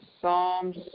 Psalms